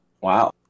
wow